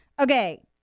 Okay